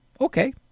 Okay